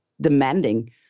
demanding